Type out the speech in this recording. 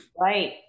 Right